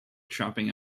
chopping